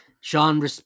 Sean